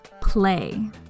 play